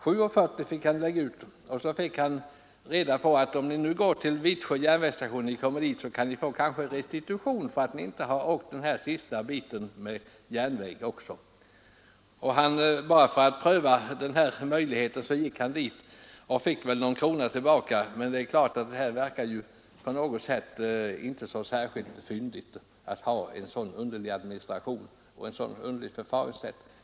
Han måste betala 7:40 men fick samtidigt veta att han på Vittsjö järnvägsstation kanske kunde få restitution på biljettpriset för att han inte rest den sista biten med järnväg. Bara för att pröva den möjligheten begärde han restitution och fick väl någon krona tillbaka. Det verkar inte särskilt fyndigt med en sådan administration och ett så underligt förfaringssätt.